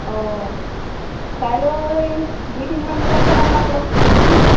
অঁ কাইলৈ দুই তিনিমান বজাত গ'লে আপোনাক লগ পাম নহয়